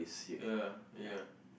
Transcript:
ya ya